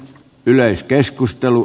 yleiskeskustelu